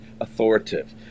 authoritative